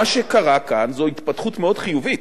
מה שקרה כאן זה התפתחות מאוד חיובית.